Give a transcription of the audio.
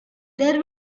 there